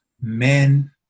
men